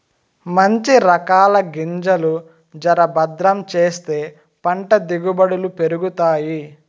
మంచి రకాల గింజలు జర భద్రం చేస్తే పంట దిగుబడులు పెరుగుతాయి